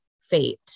fate